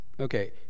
Okay